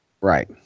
Right